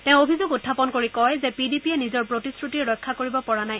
তেওঁ অভিযোগ উখাপন কৰি কয় যে পি ডি পিয়ে নিজৰ প্ৰতিশ্ৰতি ৰক্ষা কৰিব পৰা নাই